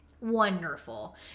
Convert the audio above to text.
Wonderful